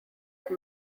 that